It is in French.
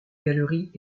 galeries